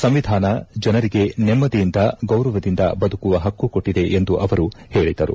ಸಂವಿಧಾನ ಜನರಿಗೆ ನೆಮ್ಮದಿಯಿಂದ ಗೌರವದಿಂದ ಬದುಕುವ ಪಕ್ಕು ಕೊಟ್ಟಿದೆ ಎಂದು ಅವರು ಹೇಳಿದರು